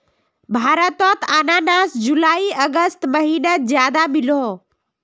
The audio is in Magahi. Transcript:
भारतोत अनानास जुलाई अगस्त महिनात ज्यादा मिलोह